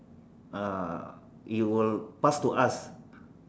uh it will pass to us